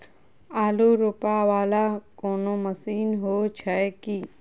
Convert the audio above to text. आलु रोपा वला कोनो मशीन हो छैय की?